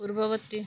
ପୂର୍ବବର୍ତ୍ତୀ